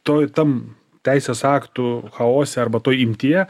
toj tam teisės aktų chaose arba toj imtyje